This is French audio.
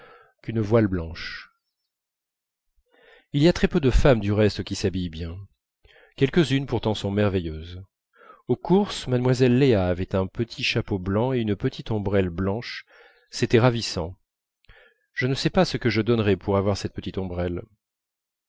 qu'une voile blanche il y a très peu de femmes du reste qui s'habillent bien quelques-unes pourtant sont merveilleuses aux courses mlle léa avait un petit chapeau blanc et une petite ombrelle blanche c'était ravissant je ne sais pas ce que je donnerais pour avoir cette petite ombrelle